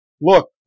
Look